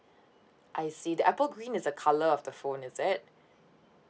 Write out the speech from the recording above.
I see the Apple green is the colour of the phone is it